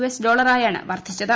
S ഡോളറായാണ് വർദ്ധിച്ചത്